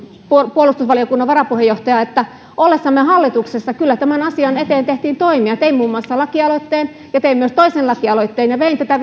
puolustusvaliokunnan varapuheenjohtajaa että ollessamme hallituksessa kyllä tämän asian eteen tehtiin toimia tein muun muassa lakialoitteen ja tein myös toisen lakialoitteen ja vein tätä